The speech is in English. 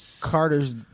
Carter's